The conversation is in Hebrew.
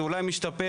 זה אולי משתפר,